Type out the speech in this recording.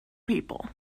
people